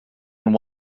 and